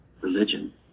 religion